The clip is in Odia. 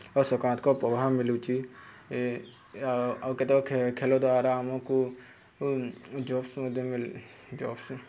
ଆଉ ସକାରାତ୍ମକ ପ୍ରଭାବ ମିଳୁଛି ଆଉ ଆଉ କେତେ ଖେଳ ଦ୍ୱାରା ଆମକୁ ଜବ୍ସ ମଧ୍ୟ ଜବ୍ସ